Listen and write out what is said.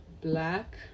black